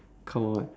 come on